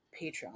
Patreon